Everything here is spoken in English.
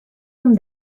them